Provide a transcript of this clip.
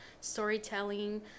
storytelling